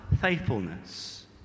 faithfulness